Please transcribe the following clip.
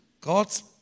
God's